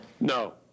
No